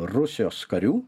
rusijos karių